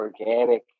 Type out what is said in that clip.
organic